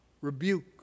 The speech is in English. rebuke